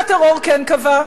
והנה הטרור כן קבע.